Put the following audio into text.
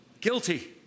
Guilty